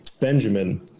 Benjamin